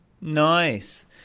Nice